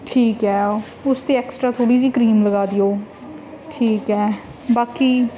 ਠੀਕ ਹੈ ਉਸ 'ਤੇ ਐਕਸਟਰਾ ਥੋੜ੍ਹੀ ਜਿਹੀ ਕਰੀਮ ਲਗਾ ਦਿਓ ਠੀਕ ਹੈ ਬਾਕੀ